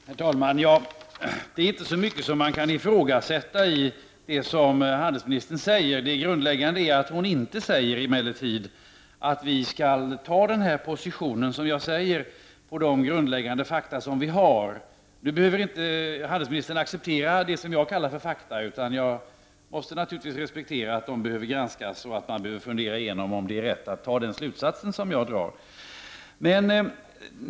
Herr talman! Det är inte så mycket man kan ifrågasätta i det som handelsministern säger. Det grundläggande är emellertid att hon inte säger att vi skall inta den position som jag förordar mot bakgrund av de grundläggande fakta som vi har. Handelsministern behöver naturligtvis inte acceptera det som jag kallar för fakta. Jag respekterar att det behöver granskas och att man behöver fundera igenom om det är rätt att dra den slutsats som jag har dragit.